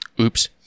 oops